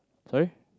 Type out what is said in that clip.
sorry